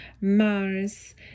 Mars